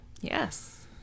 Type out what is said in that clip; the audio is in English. Yes